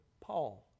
Paul